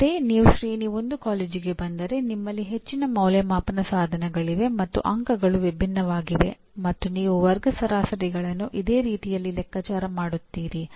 ಆದರೆ ನೀವು ಶ್ರೇಣಿ 1 ಕಾಲೇಜಿಗೆ ಬಂದರೆ ನಿಮ್ಮಲ್ಲಿ ಹೆಚ್ಚಿನ ಅಂದಾಜುವಿಕೆಯ ಸಾಧನಗಳಿವೆ ಮತ್ತು ಅಂಕಗಳು ವಿಭಿನ್ನವಾಗಿವೆ ಮತ್ತು ನೀವು ವರ್ಗ ಸರಾಸರಿಗಳನ್ನು ಇದೇ ರೀತಿಯಲ್ಲಿ ಲೆಕ್ಕಾಚಾರ ಮಾಡುತ್ತೀರಿ